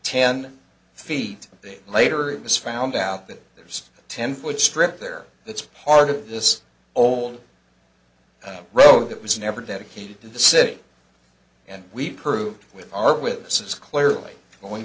ten feet later it was found out that there's a ten foot strip there that's part of this old road that was never dedicated to the city and we proved with our witnesses clearly going